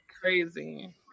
crazy